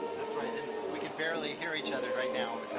that's right and we can barely hear each other right now